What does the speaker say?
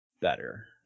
better